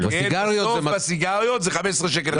בלו בסיגריות זה 15 שקלים.